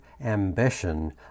ambition